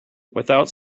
without